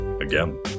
again